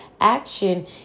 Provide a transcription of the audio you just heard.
action